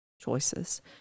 choices